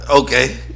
Okay